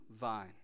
vine